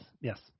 yes